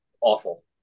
awful